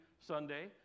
Sunday